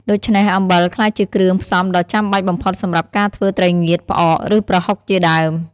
ដូច្នេះ អំបិលក្លាយជាគ្រឿងផ្សំដ៏ចាំបាច់បំផុតសម្រាប់ការធ្វើត្រីងៀត ផ្អក ឬប្រហុកជាដើម។